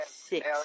Six